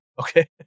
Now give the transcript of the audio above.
okay